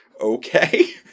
Okay